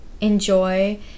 enjoy